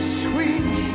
sweet